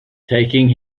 taking